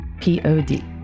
Pod